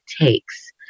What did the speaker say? takes